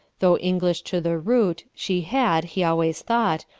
though english to the root, she had, he always thought,